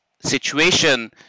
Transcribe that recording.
situation